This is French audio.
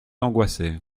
angoissée